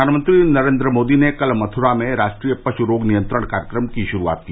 प्रधानमंत्री नरेन्द्र मोदी ने आज मथुरा में राष्ट्रीय पशु रोग नियंत्रण कार्यक्रम की शुरूआत की